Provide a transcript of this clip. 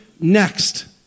next